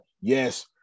Yes